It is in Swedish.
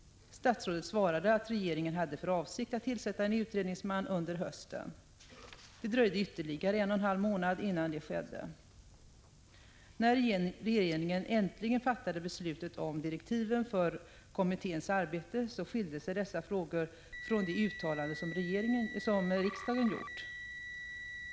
Statsrådet svarade att regeringen hade för avsikt att tillsätta en utredningsman under hösten. Det dröjde ytterligare en och en halv månad innan det skedde. När regeringen äntligen fattade beslut om direktiv för kommitténs arbete skilde sig dessa från det uttalande som riksdagen gjort.